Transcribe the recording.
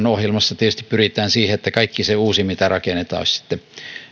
ohjelmassa tietysti pyritään siihen että kaikki se uusi mitä rakennetaan olisi sitten